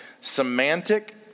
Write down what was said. semantic